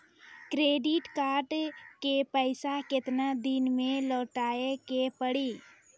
Credit card के पैसा केतना दिन मे लौटाए के पड़ी?